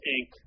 Inc